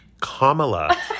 Kamala